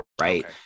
right